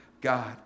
God